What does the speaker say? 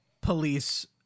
police